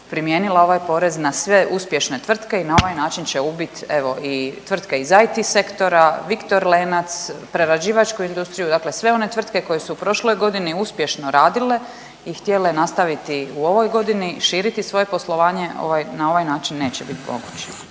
primijenila ovaj porez na sve uspješne tvrtke i na ovaj način će ubit evo i tvrtke iz IT sektora, Viktor Lenac, prerađivačku industriju, dakle sve one tvrtke koje su u prošloj godini uspješno radile i htjele nastaviti u ovoj godini i širiti svoje poslovanje ovaj, na ovaj način neće bit moguće.